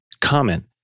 comment